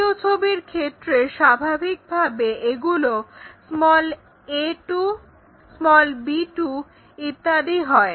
দ্বিতীয় ছবির ক্ষেত্রে স্বাভাবিকভাবে এগুলো a2 b2 ইত্যাদি হয়